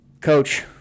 Coach